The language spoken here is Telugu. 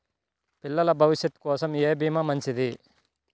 పిల్లల భవిష్యత్ కోసం ఏ భీమా మంచిది?